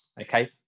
Okay